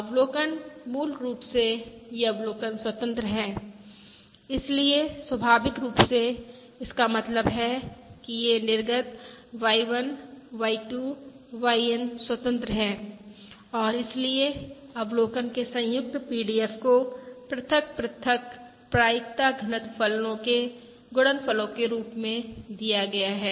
अवलोकन मूल रूप से ये अवलोकन स्वतंत्र हैं इसलिए स्वाभाविक रूप से इसका मतलब है कि ये निर्गत Y1 Y2 YN स्वतंत्र हैं और इसलिए अवलोकन के संयुक्त PDF को पृथक पृथक प्रायिकता घनत्व फलनो के गुणनफलो के रूप में दिया गया है